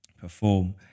perform